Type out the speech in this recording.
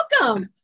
welcome